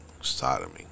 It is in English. Sodomy